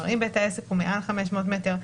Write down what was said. אם בית העסק הוא מעל 500 מטרים,